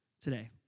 today